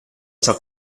ciò